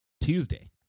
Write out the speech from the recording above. Tuesday